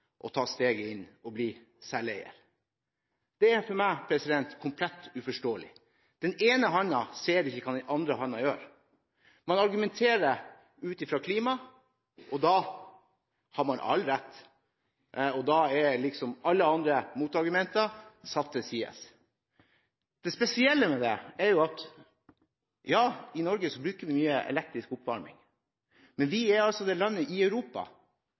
å ta steget inn og bli selveier. Det er for meg komplett uforståelig. Den ene hånden ser ikke hva den andre hånden gjør. Man argumenterer ut fra klima, og da har man all rett. Da kan liksom alle andre motargumenter settes til side. I Norge bruker vi mye elektrisk oppvarming, men vi er altså det landet i Europa